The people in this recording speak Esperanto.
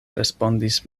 respondis